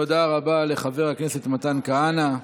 תודה רבה לחבר הכנסת מתן כהנא.